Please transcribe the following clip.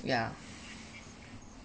yeah